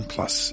Plus